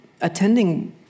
attending